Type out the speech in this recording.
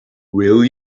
will